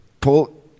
Pull